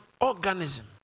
organism